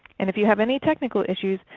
and if you have any technical issues,